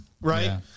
Right